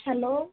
hello